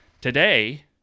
Today